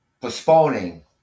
postponing